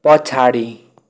पछाडि